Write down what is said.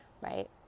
right